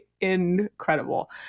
incredible